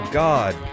god